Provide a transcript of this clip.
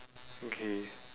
okay